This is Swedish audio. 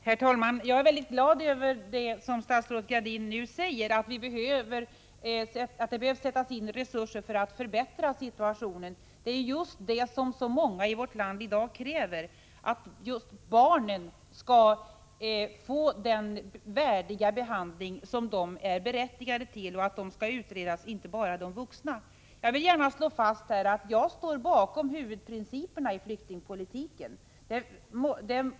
Herr talman! Jag är glad över det som statsrådet nu säger, att det behöver sättas in resurser för att förbättra situationen. Det är just detta som så många i vårt land kräver — att barn skall få den värdiga behandling som de är berättigade till och att även de skall utredas — inte bara de vuxna. Jag vill gärna slå fast att jag står bakom huvudprinciperna i flyktingpolitiken.